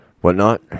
whatnot